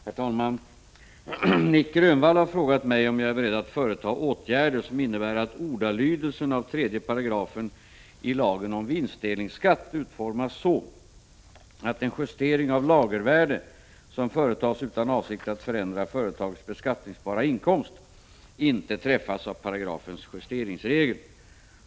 Herr talman! Nic Grönvall har frågat mig om jag är beredd att företa åtgärder som innebär att ordalydelsen av 3 § i lagen om vinstdelningsskatt utformas så, att en justering av lagervärde, som företas utan avsikt att förändra företagets beskattningsbara inkomst, inte träffas av paragrafens justeringsregel.